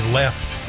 left